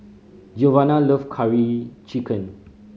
Giovanna love Curry Chicken